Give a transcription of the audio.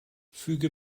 füge